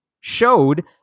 showed